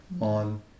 on